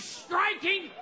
striking